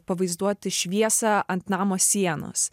pavaizduoti šviesą ant namo sienos